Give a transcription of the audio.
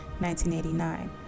1989